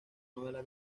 novela